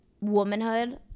womanhood